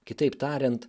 kitaip tariant